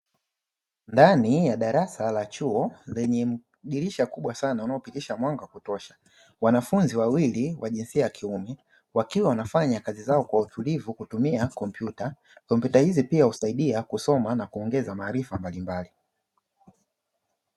Ndani ya darasa la chuo lenye dirisha kubwa sana unaopitisha mwanga wa kutosha, wanafunzi wawili wa jinsia ya kiume wakiwa wanafanya kazi zao kwa utulivu kutumia kompyuta. Kompyuta hizi pia husaidia kusoma na kuongeza maarifa mbalimbali.